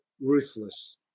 ruthless